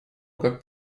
как